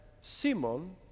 Simon